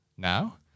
Now